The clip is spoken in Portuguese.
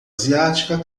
asiática